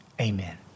amen